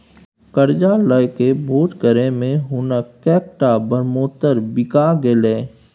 करजा लकए भोज करय मे हुनक कैकटा ब्रहमोत्तर बिका गेलै